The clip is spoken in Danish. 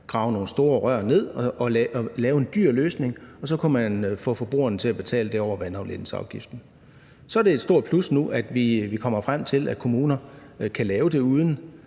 grave nogle store rør ned og lave en dyr løsning, og så kunne man få forbrugerne til at betale det over vandafledningsafgiften. Så er det et stort plus nu, at vi kommer frem til, at kommuner kan lave det på